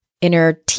inner